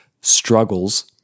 struggles